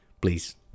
Please